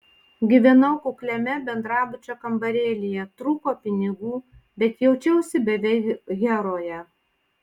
gyvenau kukliame bendrabučio kambarėlyje trūko pinigų bet jaučiausi beveik heroje